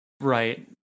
Right